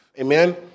Amen